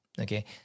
Okay